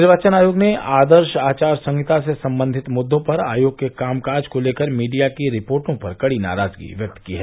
निर्वाचन आयोग ने आदर्श आचार संहिता से संबंधित मुद्दों पर आयोग के कामकाज को लेकर मीडिया की रिपोर्टो पर कड़ी नाराजगी व्यक्त की है